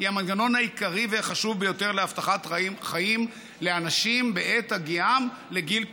המנגנון העיקרי והחשוב ביותר להבטחת חיים לאנשים בעת הגיעם לגיל פרישה,